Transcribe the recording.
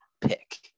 pick